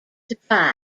supply